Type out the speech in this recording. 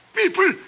people